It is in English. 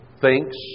thinks